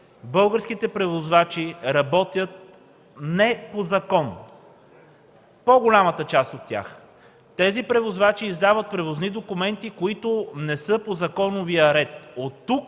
българските превозвачи работят не по закон. Тези превозвачи издават превозни документи, които не са по законовия ред.